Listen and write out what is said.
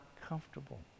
comfortable